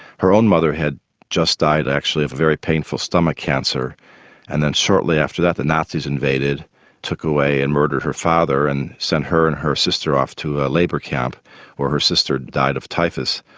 her own mother had just died actually of very painful stomach cancer and then shortly after that the nazis invaded and took away and murdered her father and sent her and her sister off to a labour camp where her sister died of typhus.